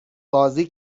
بازی